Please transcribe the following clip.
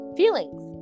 feelings